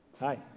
Hi